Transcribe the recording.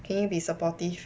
can you be supportive